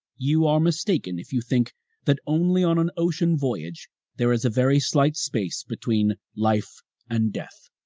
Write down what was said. you are mistaken if you think that only on an ocean voyage there is a very slight space between life and death.